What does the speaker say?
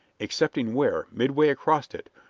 excepting where, midway across it,